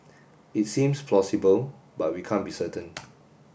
it seems plausible but we can't be certain